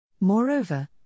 Moreover